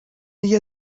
دیگه